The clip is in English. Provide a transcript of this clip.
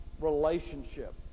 relationship